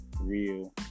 real